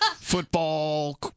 Football